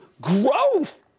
growth